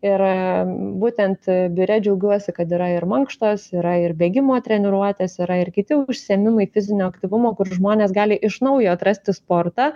ir būtent biure džiaugiuosi kad yra ir mankštos yra ir bėgimo treniruotės yra ir kiti užsiėmimai fizinio aktyvumo kur žmonės gali iš naujo atrasti sportą